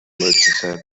merchant